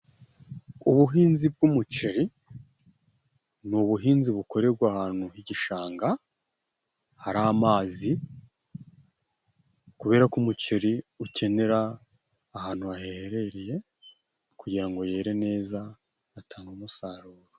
Ubuhinzi bw'umuceri ni ubuhinzi bukorerwa ahantu h'igishanga, hari amazi kubera ko umuceri ukenera ahantu hahehereye kugira ngo yere neza, atange umusaruro.